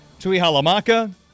Tuihalamaka